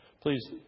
please